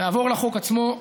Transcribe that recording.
נעבור לחוק עצמו,